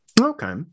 Okay